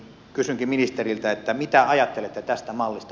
kysynkin ministeriltä mitä ajattelette tästä mallista